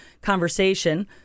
conversation